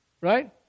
Right